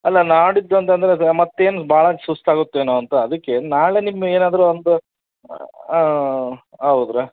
ಅಲ್ಲ ನಾಡಿದ್ದು ಅಂತ ಅಂದರೆ ಮತ್ತೇನು ಭಾಳ ಸುಸ್ತು ಆಗುತ್ತೇನೋ ಅಂತ ಅದಕ್ಕೆ ನಾಳೆ ನಿಮಗೆ ಏನಾದ್ರೂ ಒಂದು ಹೌದ್ರಾ